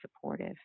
supportive